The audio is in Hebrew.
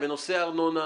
שבנושא ארנונה,